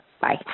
Bye